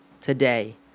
today